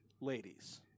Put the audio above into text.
ladies